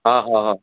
हा हा हा